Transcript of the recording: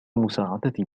مساعدتي